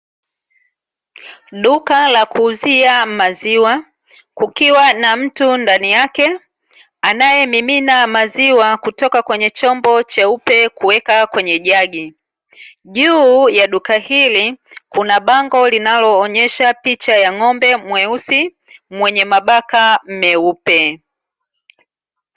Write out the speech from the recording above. Duka la kuuzia maziwa, kukiwa na mtu ndani yake anayemimina maziwa kutoka kwenye chombo cheupe kuweka kwenye jagi. Juu ya duka hili kuna bango linaloonyesha picha ya ng'ombe mweusi mwenye mabaka meupe.